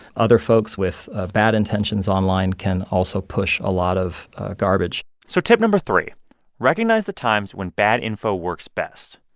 other folks with ah bad intentions online can also push a lot of garbage so tip no. three recognize the times when bad info works best.